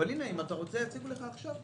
אם אתה רוצה יציגו לך עכשיו.